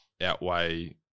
outweigh